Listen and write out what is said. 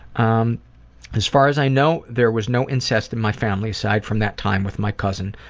um as far as i know, there was no incest in my family aside from that time with my cousin.